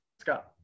Scott